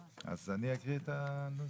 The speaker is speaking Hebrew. אז אני אקריא את הנוסח?